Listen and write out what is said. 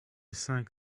cinq